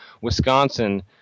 Wisconsin